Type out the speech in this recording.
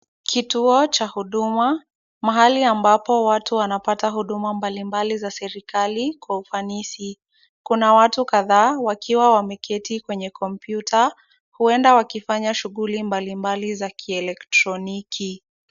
Kituo cha huduma, mahali ambapo watu wanapata huduma mbalimbali za serikali kwa ufanisi. Kuna watu kadhaa wakiwa wameketi kwenye kompyuta, huenda wakifanya shughuli mbalimbali za kielektroniki.